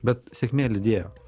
bet sėkmė lydėjo